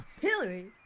Hillary